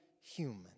human